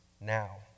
now